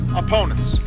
opponents